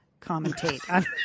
commentate